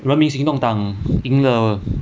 人民行动党赢得